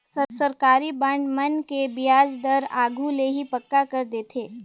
सरकारी बांड मन के बियाज दर आघु ले ही पक्का कर देथे